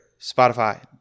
Spotify